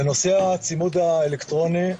בנושא הצימוד האלקטרוני,